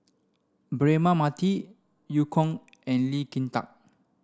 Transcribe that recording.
Braema Mathi Eu Kong and Lee Kin Tat